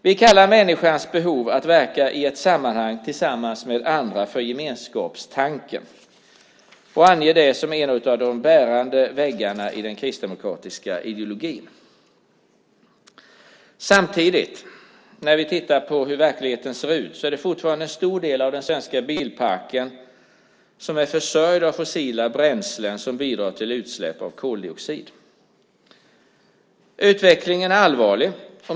Vi kallar människans behov av att verka i ett sammanhang tillsammans med andra för gemenskapstanken och anger den som en av de bärande väggarna i den kristdemokratiska ideologin. När vi tittar på hur verkligheten ser ut är det samtidigt så att en stor del av den svenska bilparken försörjs med fossila bränslen som bidrar till utsläpp av koldioxid. Utvecklingen är allvarlig.